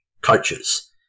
coaches